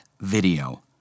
video